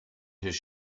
his